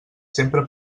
sempre